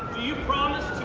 you promise